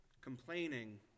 complaining